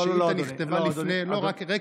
השאילתה נכתבה לפני, לא לא לא, אדוני.